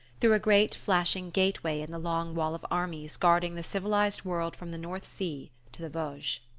through a great flashing gateway in the long wall of armies guarding the civilized world from the north sea to the vosges.